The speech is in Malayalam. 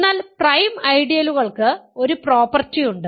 എന്നാൽ പ്രൈം ഐഡിയലുകൾക്ക് ഒരു പ്രോപ്പർട്ടി ഉണ്ട്